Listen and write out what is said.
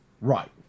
right